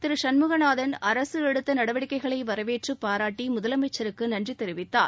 திரு சண்முகநாதன் அரசு எடுத்த நடவடிக்கைகளை வரவேற்று பாராட்டி முதலமைச்சருக்கு நன்றி தெரிவித்தார்